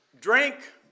drink